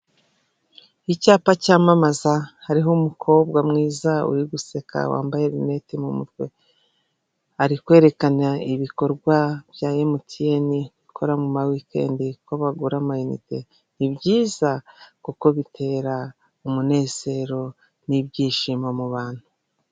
Icyapa cyamamaza hariho umukobwa mwiza uri guseka wambaye rineti mu mutwe, ari kwerekana ibikorwa bya emutiyeni gukora muri wikendi ko bagura aminite. Ni byiza kuko bitera umunezero n'byishimo mu bantu.